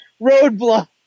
Roadblock